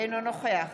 אינו נוכח